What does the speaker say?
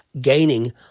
gaining